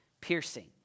piercing